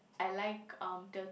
I like um Tur~